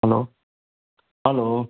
hello hello